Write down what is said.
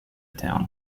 town